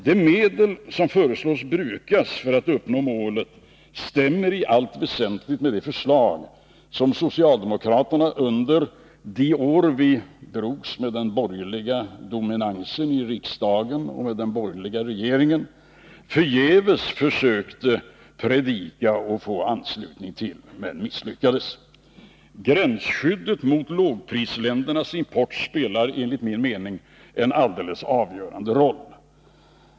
De medel som föreslås brukas för att uppnå målet stämmer i allt väsentligt med de förslag som socialdemokraterna under de år vi drogs med den borgerliga dominansen i riksdagen och med den borgerliga regeringen förgäves försökte predika och få anslutning till. Gränsskyddet mot lågprisländernas import spelar enligt min mening en alldeles avgörande roll.